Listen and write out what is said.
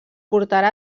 portarà